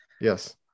Yes